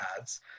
ads